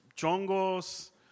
chongos